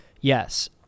yes